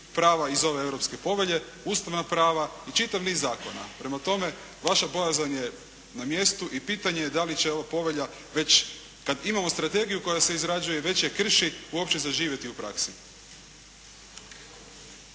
prava iz ove europske povelje, ustavna prava i čitav niz zakona. Prema tome, vaša bojazan je na mjestu i pitanje je da li će ova povelja već kad imamo strategiju koja se izrađuje već je krši uopće zaživjeti u praksi.